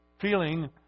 feeling